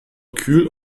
kühl